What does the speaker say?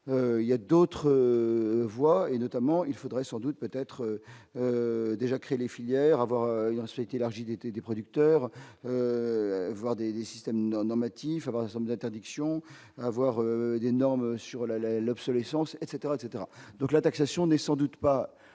il y a d'autres voies et notamment il faudrait sans doute peut-être déjà crée les filières avoir inspecté la rigidité des producteurs, voir des des systèmes normatifs semble interdiction avoir des normes sur la la l'obsolescence etc etc, donc la taxation n'est sans doute pas